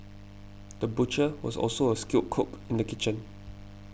the butcher was also a skilled cook in the kitchen